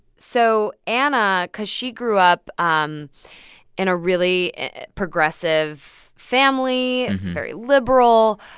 so anna, because she grew up um in a really progressive family, very liberal.